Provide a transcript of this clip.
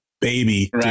baby